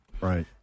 Right